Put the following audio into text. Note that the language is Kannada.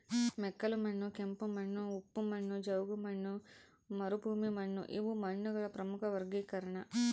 ಮೆಕ್ಕಲುಮಣ್ಣು ಕೆಂಪುಮಣ್ಣು ಉಪ್ಪು ಮಣ್ಣು ಜವುಗುಮಣ್ಣು ಮರುಭೂಮಿಮಣ್ಣುಇವು ಮಣ್ಣುಗಳ ಪ್ರಮುಖ ವರ್ಗೀಕರಣ